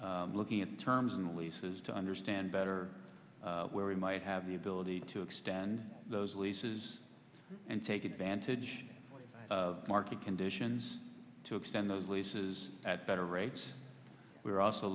looking at terms and leases to understand better where we might have the ability to extend those leases and take advantage of market conditions to extend those leases at better rates we are also